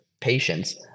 patients